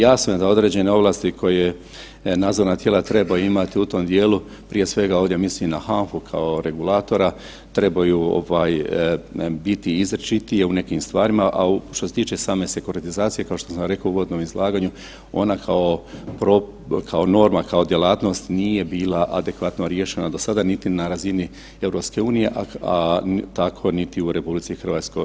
Jasno je da određene ovlasti koje nadzorna tijela trebaju imati u tom dijelu, prije svega ovdje mislim na HANFA-u kao regulatora, trebaju ovaj biti izričitiji u nekim stvarima, a u, što se tiče same sekoritizacije kao što sam rekao u uvodnom izlaganju, ona kao norma, kao djelatnost nije bila adekvatno riješena do sada niti na razini EU, a tako niti u RH.